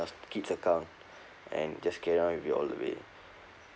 a kid's account and just carry on with it all the way